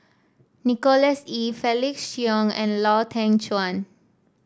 Nicholas Ee Felix Cheong and Lau Teng Chuan